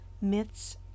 myths